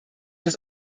das